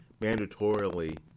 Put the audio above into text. mandatorily